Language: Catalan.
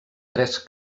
tres